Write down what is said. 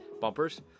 bumpers